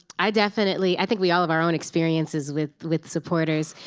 i definitely i think we all have our own experiences with with supporters.